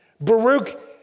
Baruch